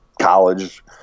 college